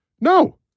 No